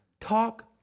talk